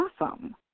awesome